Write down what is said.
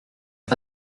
pas